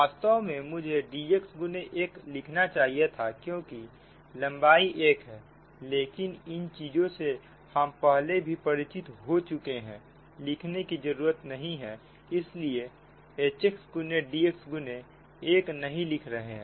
वास्तव में मुझे dx गुने 1लिखना चाहिए था क्योंकि लंबाई 1 है लेकिन इन चीजों से हम पहले भी परिचित हो चुके हैं लिखने की जरूरत नहीं है इसलिए Hxगुने dx गुने 1 नहीं लिख रहे हैं